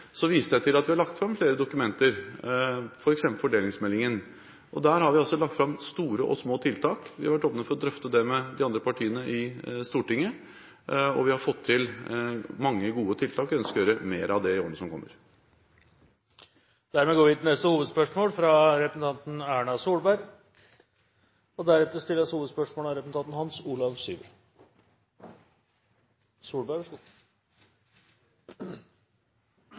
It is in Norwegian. viste til at vi har lagt fram flere dokumenter, f.eks. fordelingsmeldingen. Der har vi lagt fram store og små tiltak, og vi har vært åpne for å drøfte det med de andre partiene på Stortinget. Vi har fått til mange gode tiltak, og vi ønsker å gjøre mer av det i årene som kommer. Dermed går vi til neste hovedspørsmål.